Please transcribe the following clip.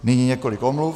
Nyní několik omluv.